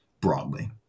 broadly